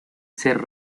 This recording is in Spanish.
ser